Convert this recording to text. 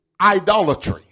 idolatry